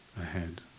ahead